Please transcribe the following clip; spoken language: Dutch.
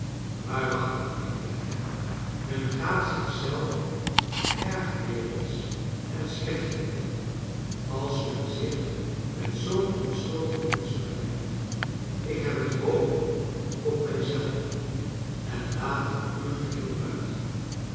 waarachtig mynheer clennam men gaat zich zelf erg wereldsch en slecht vinden als men zich met zoo'n onschnldig mensch vergelijkt ik heb het oog op mij zelf en laat er u geheel buiten